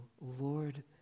Lord